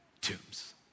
tombs